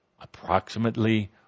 approximately